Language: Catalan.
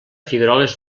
figueroles